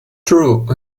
through